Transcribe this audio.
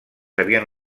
havien